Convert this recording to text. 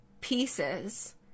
pieces